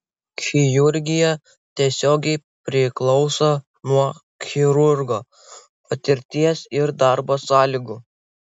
chirurgija tiesiogiai priklauso nuo chirurgo patirties ir darbo sąlygų